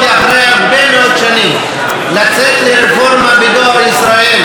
אחרי הרבה מאוד שנים לצאת לרפורמה בדואר ישראל.